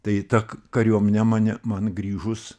tai ta kariuomenė mane man grįžus